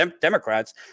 Democrats